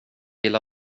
vill